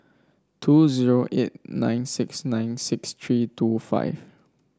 two zero eight nine six nine six three two five